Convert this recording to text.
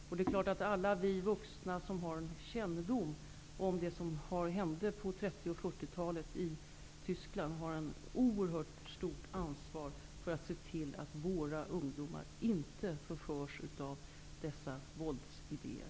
Självfallet har alla vi vuxna, som har kännedom om det som hände på 30--40-talen i Tyskland, ett oerhört stort ansvar för att våra ungdomar inte förförs av dessa våldsidéer.